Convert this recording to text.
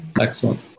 Excellent